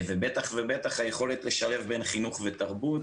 בטח ובטח היכולת לשלב בין חינוך ותרבות,